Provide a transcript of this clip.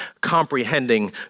comprehending